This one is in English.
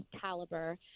caliber